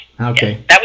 Okay